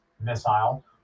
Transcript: missile